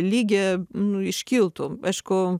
lygy nu iškiltų aišku